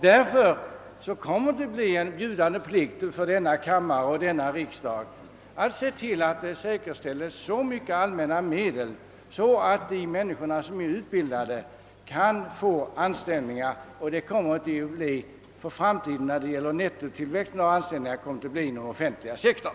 Därför kommer det att bli en bjudande plikt för denna kammare och denna riksdag att se till att det anslås så mycket av allmänna medel att de utbildade kan få anställningar, och beträffande den framtida nettotillväxten av anställningar kommer ökningen som sagt att gälla den offentliga sektorn.